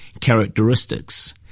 characteristics